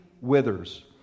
withers